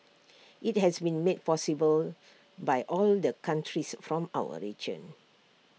IT has been made possible by all the countries from our region